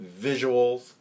visuals